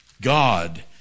God